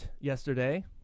yesterday